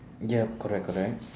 yup correct correct